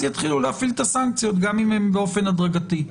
יתחילו להפעיל את הסנקציות גם אם באופן הדרגתי.